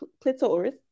clitoris